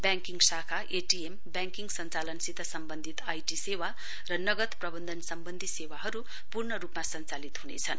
banking शाखा ATM banking सञ्चालनसित सम्वन्धित आई टी सेवा र नगद प्रवन्धन सम्वन्धी सेवाहरू पूर्ण रूपमा सञचालित हुनेछन्